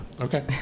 Okay